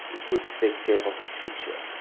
you could take care of the future.